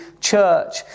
church